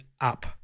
up